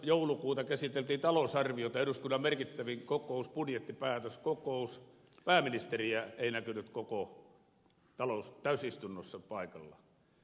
joulukuuta käsiteltiin talousarviota joka on eduskunnan merkittävin kokous budjettipäätöskokous pääministeriä ei näkynyt koko täysistunnossa paikalla